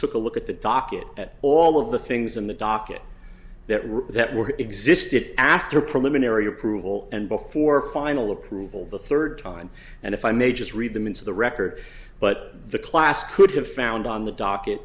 took a look at the docket at all of the things on the docket that were that were existed after preliminary approval and before final approval the third time and if i may just read them into the record but the class could have found on the docket